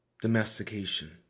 domestication